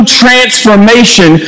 transformation